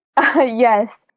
Yes